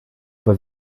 but